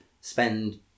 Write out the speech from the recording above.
spend